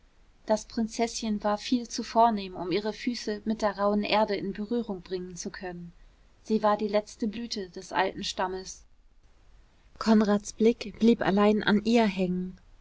das prinzeßchen war viel zu vornehm um ihre füße mit der rauhen erde in berührung bringen zu können sie war die letzte blüte des alten stammes konrads blick blieb allein an ihr hängen